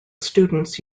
students